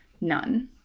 None